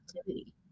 activity